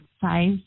size